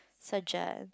surgeon